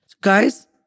Guys